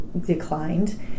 declined